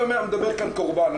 מדבר כאן קורבן.